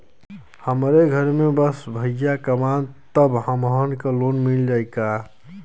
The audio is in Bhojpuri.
हमरे घर में बस भईया कमान तब हमहन के लोन मिल जाई का?